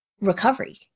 recovery